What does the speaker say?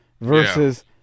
versus